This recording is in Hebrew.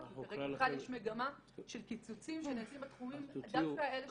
וכרגע בכלל יש מגמה של קיצוצים שנעשים בתחומים דווקא אלה שהם הכרחיים.